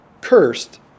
Cursed